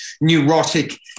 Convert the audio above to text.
neurotic